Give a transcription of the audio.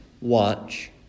watch